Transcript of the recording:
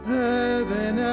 heaven